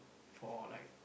for like